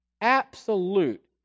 absolute